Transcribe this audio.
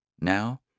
Now